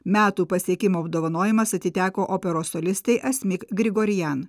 metų pasiekimo apdovanojimas atiteko operos solistei asmik grigorian